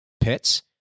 pets